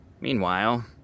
Meanwhile